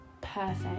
perfect